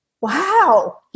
wow